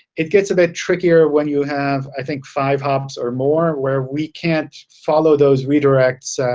it gets a bit trickier when you have i think five hops or more, where we can't follow those redirects